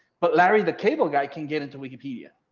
but larry, the cable guy can get into wikipedia.